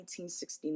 1969